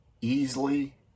easily